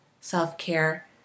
self-care